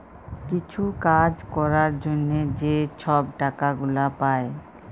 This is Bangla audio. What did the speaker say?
কিছু কাজ ক্যরার জ্যনহে যে ছব টাকা গুলা পায়